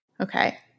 Okay